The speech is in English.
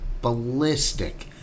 ballistic